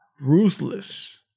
Ruthless